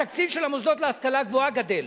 התקציב של המוסדות להשכלה גבוהה גדל.